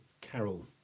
carol